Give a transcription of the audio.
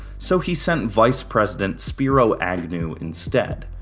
so he sent vice-president spiro agnew instead.